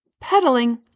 pedaling